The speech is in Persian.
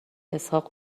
اسحاق